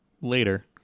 later